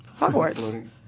Hogwarts